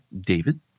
David